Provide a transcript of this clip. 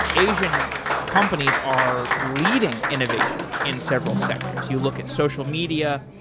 asian companies are leading innovation in several sectors. you look at social media,